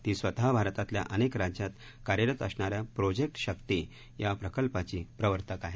ती स्वतः भारतातल्या अनेक राज्यात कार्यरत असणाऱ्या प्रोजेक्ट शक्ती या प्रकल्पाची प्रवर्तक आहे